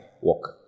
walk